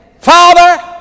Father